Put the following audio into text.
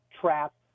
trapped